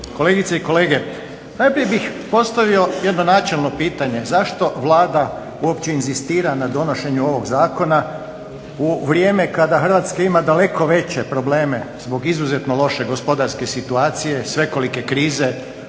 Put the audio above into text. Kolegice i kolege. Najprije bih postavio jedno načelno pitanje, zašto Vlada uopće inzistira na donošenju ovog zakona u vrijeme kada Hrvatska ima daleko veće probleme zbog izuzetno loše gospodarske situacije, svekolike krize,